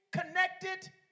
connected